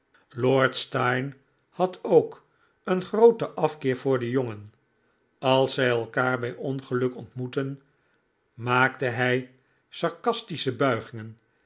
lord steyne had ook een grooten afkeer voor den jongen als zij elkaar bij ongeluk ont moetten maakte hij sarcastisch buigingen